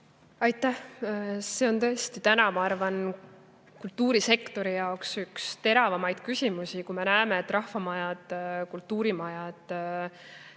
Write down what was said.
Aitäh! See on tõesti, ma arvan, kultuurisektori jaoks praegu üks teravamaid küsimusi, kui me näeme, et rahvamajad, kultuurimajad,